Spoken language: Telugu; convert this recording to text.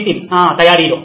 నితిన్ తయారీలో